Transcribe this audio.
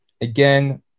Again